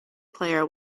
player